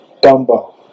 Dumbo